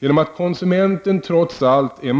Genom att konsumenten trots allt är